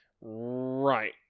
right